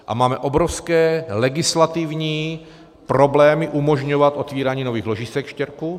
A máme obrovské legislativní problémy umožňovat otevírání nových ložisek štěrku.